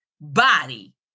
body